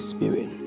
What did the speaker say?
Spirit